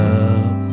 up